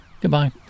Goodbye